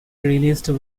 released